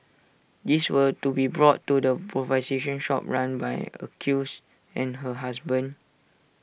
these were to be brought to the provide session shop run by accused and her husband